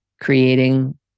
creating